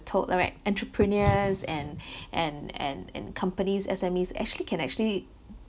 told the right entrepreneurs and and and and companies S_M_Es actually can actually